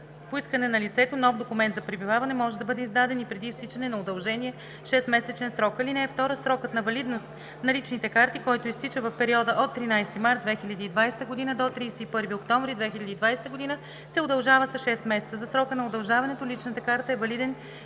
По искане на лицето нов документ за пребиваване може да бъде издаден и преди изтичане на удължения 6-месечен срок. (2) Срокът на валидност на личните карти, който изтича в периода от 13 март 2020 г. до 31 октомври 2020 г., се удължава с 6 месеца. За срока на удължаването личната карта е валиден